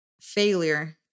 failure